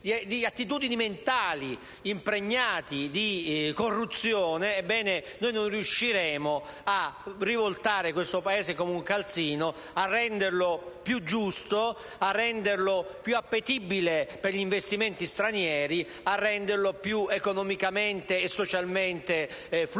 e attitudini mentali impregnati di corruzione, non riusciremo a rivoltare questo Paese come un calzino, a renderlo più giusto e appetibile per gli investimenti stranieri e più economicamente e socialmente fluido,